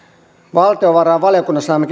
valtiovarainvaliokunnassahan me